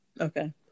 Okay